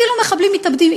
אפילו מחבלים מתאבדים,